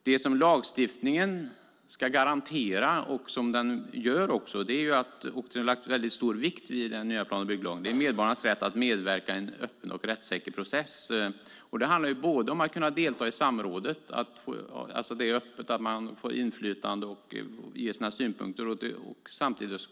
Det som lagstiftningen ska garantera - vilket den också gör och vilket vi har lagt stor vikt vid i den nya plan och bygglagen - är medborgarnas rätt att medverka i en öppen och rättssäker process. Det handlar om att kunna delta i samrådet, alltså om att det ska vara öppet och att man ska få ha inflytande och lämna synpunkter.